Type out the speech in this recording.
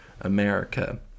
america